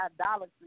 idolatry